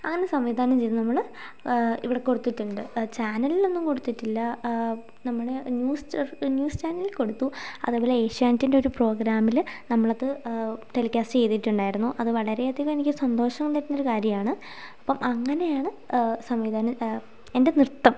അങ്ങനെ സംവിധാനം ചെയ്ത് നമ്മൾ ഇവിടെ കൊടുത്തിട്ടുണ്ട് ചാനലിലൊന്നും കൊടുത്തിട്ടില്ല നമ്മുടെ ആ ന്യൂസ് ന്യൂസ് ചാനലിൽ കൊടുത്തു അതേപോലെ ഏഷ്യാനെറ്റിൻ്റെ ഒരു പ്രോഗ്രാമിൽ നമ്മളത് ടെലികാസ്റ്റ് ചെയ്തിട്ടുണ്ടായിരുന്നു അത് വളരെയധികം എനിക്ക് സന്തോഷം തരുന്ന ഒരു കാര്യം ആണ് അപ്പം അങ്ങനെയാണ് സംവിധാനം എൻ്റെ നൃത്തം